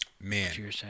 Man